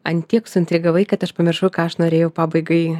ant tiek suintrigavai kad aš pamiršau ką aš norėjau pabaigai